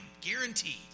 guaranteed